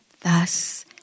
Thus